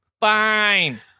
fine